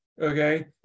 Okay